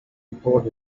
report